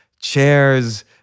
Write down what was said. chairs